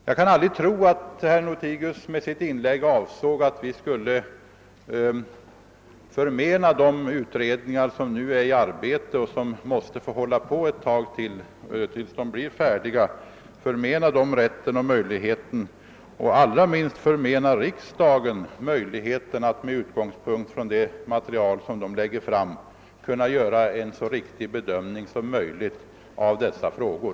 Jag kan aldrig tro att herr Lothigius med sitt inlägg avsåg att vi skulle förmena de utredningar, som nu är i arbete och som måste få fortsätta tills de blir färdiga, rätten att lägga fram sina resultat. Allra minst bör vi förmena riksdagen att, med utgångspunkt i det material utredningarna lägger fram, bedöma dessa frågor.